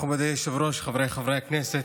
מכובדי היושב-ראש, חבריי חברי הכנסת,